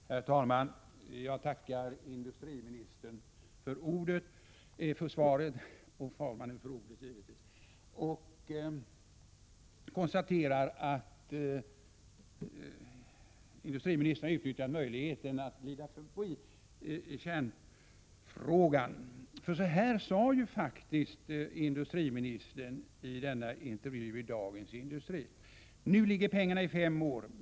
Herr talman! Jag tackar industriministern för svaret och konstaterar att han har utnyttjat möjligheten att glida förbi kärnfrågan. I intervjun i Dagens Industri sade industriministern faktiskt: Nu ligger pengarna i fem år.